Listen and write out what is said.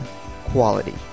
quality